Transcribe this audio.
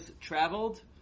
traveled